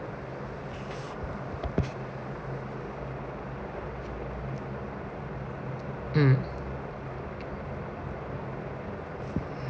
mm